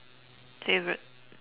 favourite